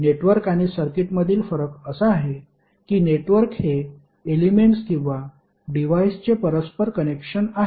network आणि सर्किटमधील फरक असा आहे की नेटवर्क हे एलेमेंट्स किंवा डिव्हाइस चे परस्पर कनेक्शन आहे